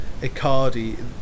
Icardi